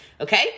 Okay